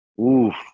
Oof